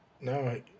No